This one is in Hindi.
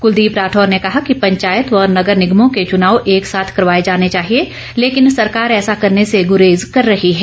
कुलदीप राठौर ने कहा कि पंचायत व नगर निगमों के चुनाव एक साथ करवाए जाने चाहिए लेकिन सरकार ऐसा करने से गुरेज कर रही है